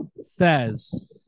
Says